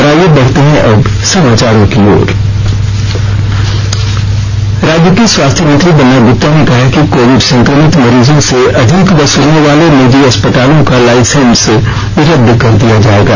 और आइए बढ़ते हैं अब समाचारों की ओर राज्य के स्वास्थ्य मंत्री बन्ना ग्रप्ता ने कहा है कि कोविड संकमित मरीजों से अधिक वसूलने वाले निजी अस्पतालों का लाइसेंस रदद कर दिया जायेगा